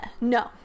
no